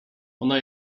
ona